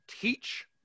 teach